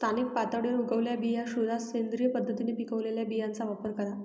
स्थानिक पातळीवर उगवलेल्या बिया शोधा, सेंद्रिय पद्धतीने पिकवलेल्या बियांचा वापर करा